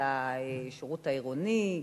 לשירות העירוני?